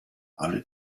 alle